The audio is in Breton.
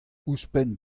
ouzhpenn